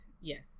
yes